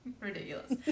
ridiculous